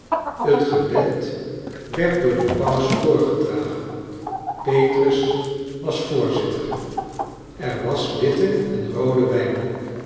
het gebed werd door den paus voorgedragen petrus was voorzitter er was witte en roode wijn